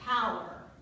power